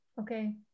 Okay